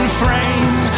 frame